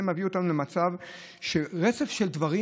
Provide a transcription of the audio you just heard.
זה מביא אותנו למצב של רצף של דברים